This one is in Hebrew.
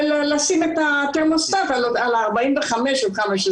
לשים את התרמוסטט על 45 מעלות.